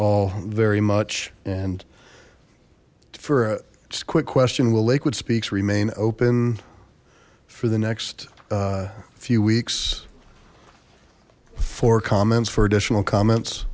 all very much and for a quick question will lakewood speaks remain open for the next few weeks for comments for additional comments